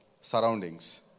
surroundings